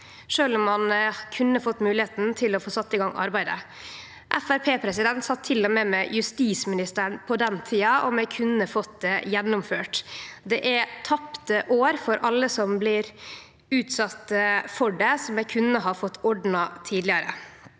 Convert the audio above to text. sjølv om ein kunne fått moglegheita til å få sett i gang arbeidet. Framstegspartiet sat til og med med justisministeren på den tida, og vi kunne fått gjennomført det. Det er tapte år for alle som blir utsette for det som vi kunne ha fått ordna tidlegare.